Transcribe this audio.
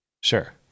Sure